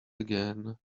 again